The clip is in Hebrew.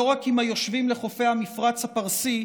לא רק עם היושבים לחופי המפרץ הפרסי,